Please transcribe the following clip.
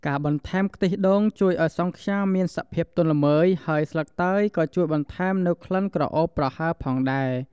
ការបន្ថែម ខ្ទិះដូងជួយឲ្យសង់ខ្យាមានសភាពទន់ល្មើយ ហើយស្លឹកតើយក៏ជួយបន្ថែមនូវក្លិនក្រអូបប្រហើរផងដែរ។